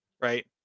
right